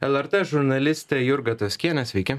lrt žurnaliste jurga tvaskiene sveiki